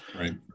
Right